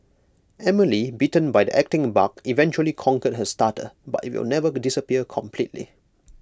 Emily bitten by the acting bug eventually conquered her stutter but IT will never be disappear completely